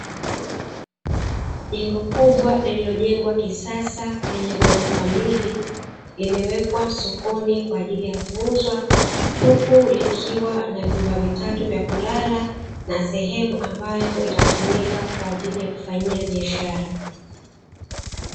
Jengo kubwa lililojengwa kisasa lenye ghorofa mbili limewekwa sokoni kwa ajili ya kuuzwa, huku likiwa na vyumba vitatu vya kulala na sehemu ambayo itatumika kwa ajili ya kufanyia biashara.